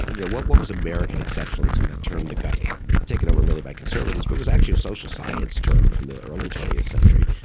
yeah what, what was american exceptionalism, a term that got ah taken over really by conservatives, but was actually a social science term from the early twentieth century.